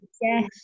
Yes